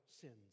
sins